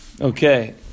Okay